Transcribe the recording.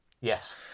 Yes